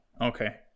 okay